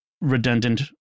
redundant